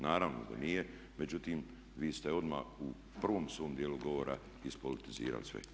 Naravno da nije, međutim vi ste odmah u prvom svom dijelu govora ispolitizirali sve.